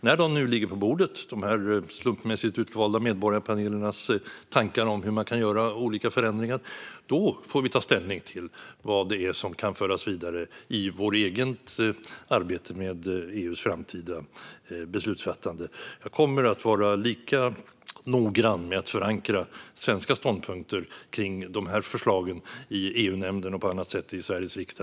När de slumpmässigt utvalda medborgarpanelernas tankar om hur man kan göra olika förändringar ligger på bordet får vi ta ställning till vad som kan föras vidare till vårt eget arbete med EU:s framtida beslutsfattande. Jag kommer att vara lika noggrann som jag har varit hittills när det gäller att förankra svenska ståndpunkter om förslagen i EU-nämnden och på annat sätt i Sveriges riksdag.